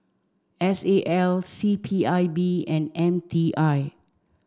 S A L C P I B and M T I